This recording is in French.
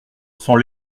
sans